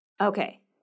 Okay